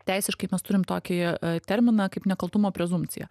teisiškai mes turim tokį terminą kaip nekaltumo prezumpciją